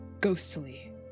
ghostly